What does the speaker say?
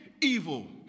evil